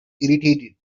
irritated